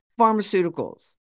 pharmaceuticals